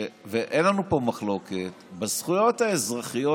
אין לנו פה מחלוקת על הזכויות האזרחיות